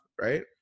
right